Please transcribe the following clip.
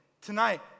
Tonight